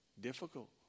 difficult